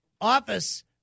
Office